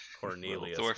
Cornelius